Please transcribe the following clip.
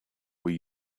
were